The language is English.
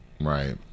right